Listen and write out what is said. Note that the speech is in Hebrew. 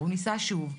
הוא ניסה שוב.